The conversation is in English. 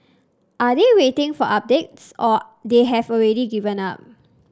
are they waiting for updates or they have already given up